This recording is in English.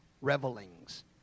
revelings